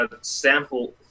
sample